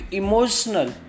emotional